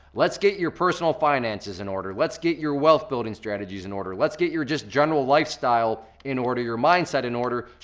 let's get your personal finances in order, let's get your wealth building strategies in order, let's get your general general lifestyle in order, your mindset in order,